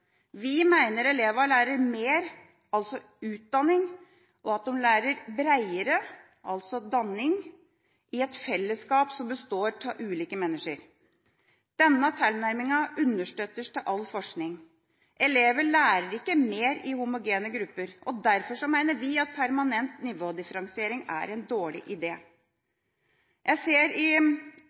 Vi mener elevene lærer mer, altså får bedre utdanning, og at de lærer bredere, altså får bedre danning, i et fellesskap som består av ulike mennesker. Denne tilnærmingen understøttes av all forskning. Elever lærer ikke mer i homogene grupper, og derfor mener vi at permanent nivådifferensiering er en dårlig idé. Jeg ser i